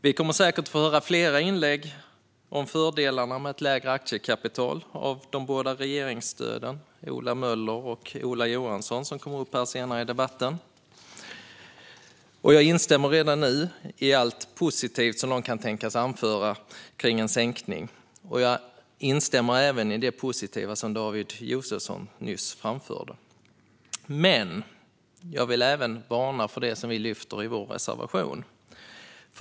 Vi kommer säkert att få höra flera inlägg om fördelarna med ett lägre aktiekapital av de båda regeringsstöden Ola Möller och Ola Johansson som kommer upp här senare i debatten. Jag instämmer redan nu i allt positivt som de kan tänkas anföra kring en sänkning. Jag instämmer även i det positiva som David Josefsson nyss framförde. Men jag vill även varna för det som vi lyfter fram i vår reservation.